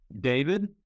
david